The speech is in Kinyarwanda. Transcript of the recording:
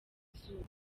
izuba